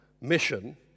mission –